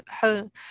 home